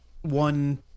One